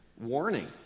warning